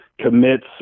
commits